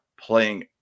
playing